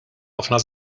ħafna